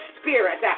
spirit